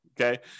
Okay